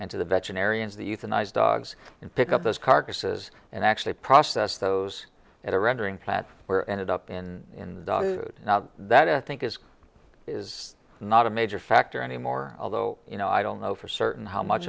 and to the veterinarians that euthanize dogs and pick up those carcasses and actually process those at a rendering plant where it ended up in that i think is is not a major factor anymore although you know i don't know for certain how much